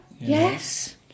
Yes